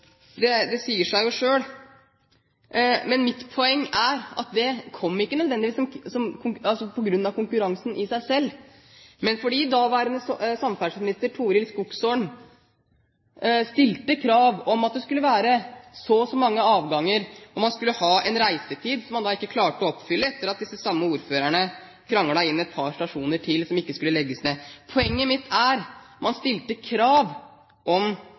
avganger. Det sier seg jo selv. Men mitt poeng er at det ikke nødvendigvis kom på grunn av konkurransen i seg selv, men fordi daværende samferdselsminister Torild Skogsholm stilte krav om at det skulle være så og så mange avganger og at man skulle ha en reisetid – som man ikke klarte å oppfylle etter at disse samme ordførerne kranglet inn et par stasjoner til som ikke skulle legges ned. Poenget mitt er at man stilte krav om